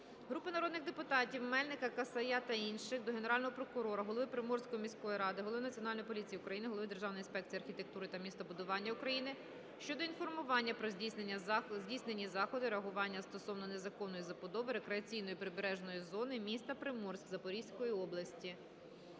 Групи народних депутатів (Мельника, Касая та інших) до Генерального прокурора, голови Приморської міської ради, Голови Національної поліції України, Голови Державної інспекції архітектури та містобудування України щодо інформування про здійсненні заходи реагування стосовно незаконної забудови рекреаційної прибережної зони міста Приморськ Запорізької області.